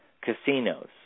casinos